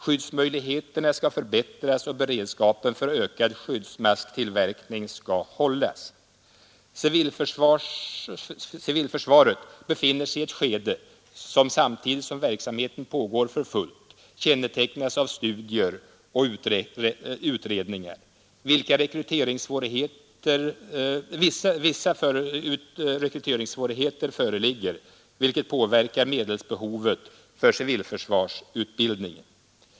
Skyddsmöjligheterna skall förbättras, och beredskap för ökad skyddsmasktillverkning skall hållas. Civilförsvaret befinner sig i ett skede som samtidigt som verksamheten pågår för fullt kännetecknas av studier och utredningar. Vissa rekryteringssvårigheter föreligger, vilket påverkar medelsbehovet för civilförsvarsutbildning.